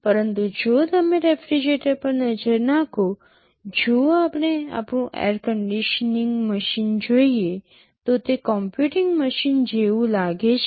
પરંતુ જો તમે રેફ્રિજરેટર પર નજર નાખો જો આપણે આપણું એર કન્ડીશનીંગ મશીન જોઈએ તો તે કોમ્પ્યુટિંગ મશીન જેવું લાગે છે